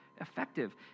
effective